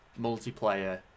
multiplayer